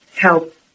help